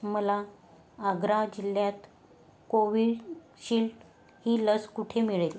मला आग्रा जिल्ह्यात कोविशिल्ड ही लस कुठे मिळेल